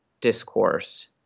discourse